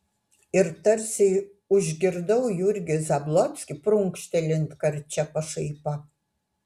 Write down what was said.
ir tarsi užgirdau jurgį zablockį prunkštelint karčia pašaipa